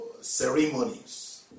ceremonies